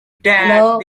death